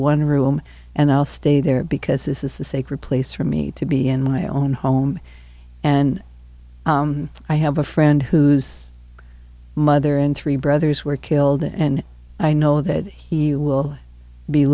one room and i'll stay there because this is the sacred place for me to be in my own home and i have a friend whose mother and three brothers were killed and i know that he will be